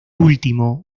último